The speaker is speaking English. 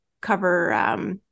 cover